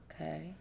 Okay